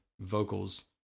vocals